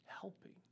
helping